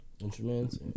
instruments